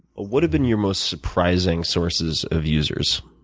what have been your most surprising sources of users?